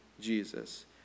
Jesus